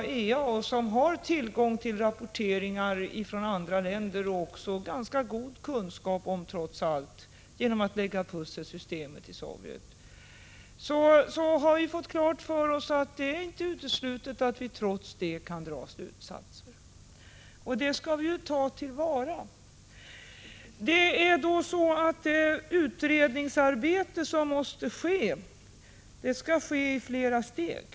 Dessa personer har tillgång till rapporteringar från andra länder, och genom att lägga pussel har de trots allt ganska goda kunskaper om systemet i Sovjet. Vi har fått klart för oss att det inte är uteslutet att vi trots allt kan dra slutsatser, och detta skall vi ta till vara. Det utredningsarbete som måste göras skall ske i flera steg.